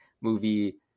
movie